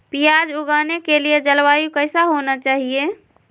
प्याज उगाने के लिए जलवायु कैसा होना चाहिए?